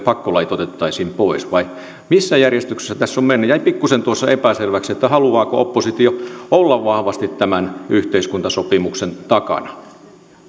pakkolait otettaisiin pois vai missä järjestyksessä tässä on menty jäi pikkuisen tuossa epäselväksi haluaako oppositio olla vahvasti tämän yhteiskuntasopimuksen takana